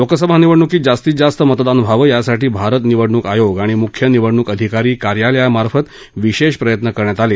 लोकसभा निवडणुकीत जास्तीत जास्त मतदान व्हावं यासाठी भारत निवडणुक आयोग आणि मुख्य निवडणुक अधिकारी कार्यालयाच्यामार्फत विशेष प्रयत्न करण्यात आले